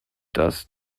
das